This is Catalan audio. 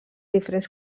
diferents